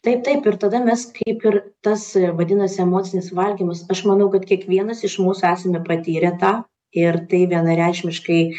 taip taip ir tada mes kaip ir tas vadinasi emocinis valgymas aš manau kad kiekvienas iš mūsų esame patyrę tą ir tai vienareikšmiškai